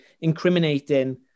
incriminating